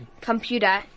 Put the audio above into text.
computer